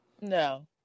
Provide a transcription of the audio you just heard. No